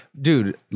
dude